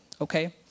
okay